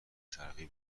شرقی